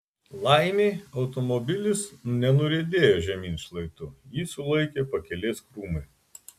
laimei automobilis nenuriedėjo žemyn šlaitu jį sulaikė pakelės krūmai